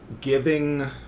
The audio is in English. giving